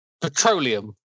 Petroleum